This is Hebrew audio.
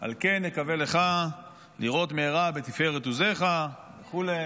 "על כן נקווה לך לראות מהרה בתפארת עוזך" וכו'.